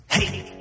Hey